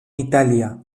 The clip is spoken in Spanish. italia